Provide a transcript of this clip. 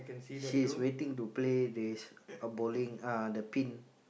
she's waiting to play this bowling ah the pin